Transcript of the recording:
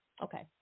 Okay